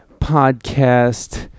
podcast